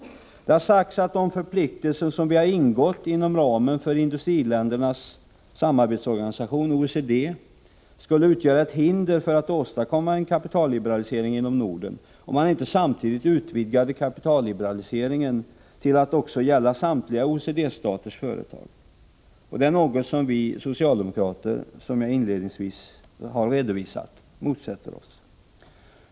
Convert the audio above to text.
Det har sagts att de förpliktelser som vi ingått inom ramen för industriländernas samarbetsorganisation — OECD -— skulle utgöra ett hinder för att åstadkomma en kapitalliberalisering inom Norden, om man inte samtidigt utvidgade kapitalliberaliseringen till att också gälla samtliga OECD-staters företag. Och det är något som vi socialdemokrater, som jag inledningsvis redovisat, motsätter oss.